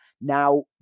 Now